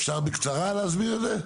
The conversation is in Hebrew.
אפשר בקצרה להסביר את זה?